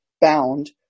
bound